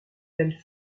belles